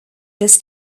this